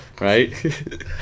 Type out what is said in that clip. right